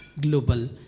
global